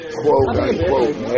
quote-unquote